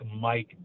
Mike